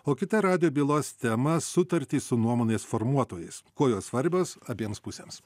o kitą radijo bylos temą sutartį su nuomonės formuotojais kuo jos svarbios abiems pusėms